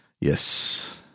Yes